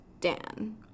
Dan